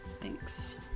Thanks